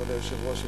כבוד היושב-ראש,